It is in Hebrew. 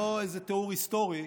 לא איזה תיאור היסטורי,